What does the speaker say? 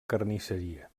carnisseria